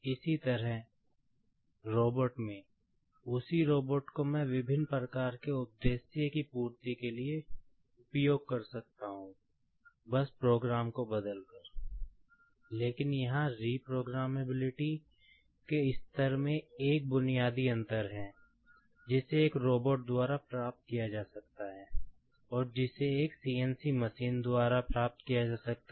इसी तरह रोबोट द्वारा प्राप्त किया जा सकता है और जिसे एक CNC मशीन द्वारा प्राप्त किया जा सकता है